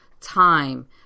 time